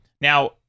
now